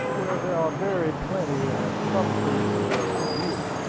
where they are very plenty at some seasons of the year,